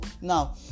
now